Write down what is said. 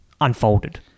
unfolded